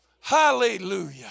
Hallelujah